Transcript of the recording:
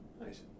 Nice